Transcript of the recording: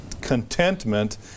contentment